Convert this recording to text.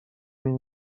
این